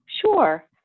Sure